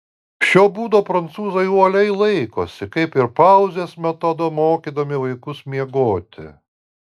šio būdo prancūzai uoliai laikosi kaip ir pauzės metodo mokydami vaikus miegoti